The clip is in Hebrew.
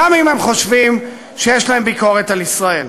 גם אם הם חושבים שיש להם ביקורת על ישראל.